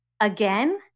again